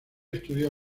estudió